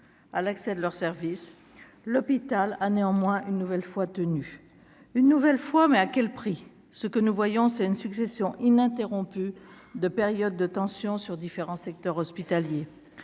à l'accès de leurs services, l'hôpital a néanmoins une nouvelle fois tenu une nouvelle fois, mais à quel prix, ce que nous voyons, c'est une succession ininterrompue de périodes de tension sur différents secteurs hospitaliers,